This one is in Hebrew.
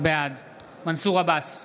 בעד מנסור עבאס,